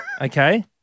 Okay